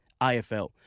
AFL